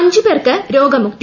അഞ്ച് പേർക്ക് രോഗമുക്തി